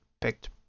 picked